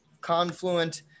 Confluent